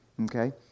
okay